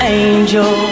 angel